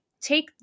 take